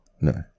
No